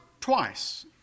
twice